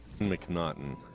McNaughton